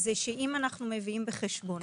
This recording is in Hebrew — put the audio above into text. זה שאם אנחנו מביאים בחשבון